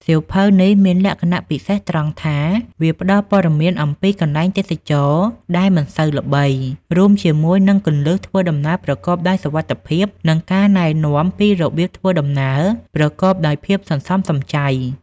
សៀវភៅនេះមានលក្ខណៈពិសេសត្រង់ថា វាផ្ដល់ព័ត៌មានអំពីកន្លែងទេសចរណ៍ដែលមិនសូវល្បី រួមជាមួយនឹងគន្លឹះធ្វើដំណើរប្រកបដោយសុវត្ថិភាព និងការណែនាំពីរបៀបធ្វើដំណើរប្រកបដោយភាពសន្សំសំចៃ។